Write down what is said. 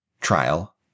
trial